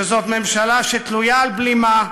שזאת ממשלה שתלויה על בלימה,